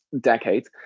decade